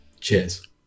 Cheers